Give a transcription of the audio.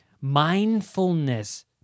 mindfulness